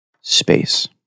space